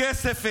הכסף אצלם.